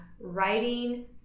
writing